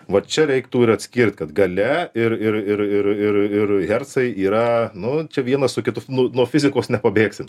va čia reiktų ir atskirt kad gale ir ir ir ir ir ir hercai yra nu čia vienas su kitu nu nuo fizikos nepabėgsit